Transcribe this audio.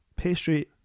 pastry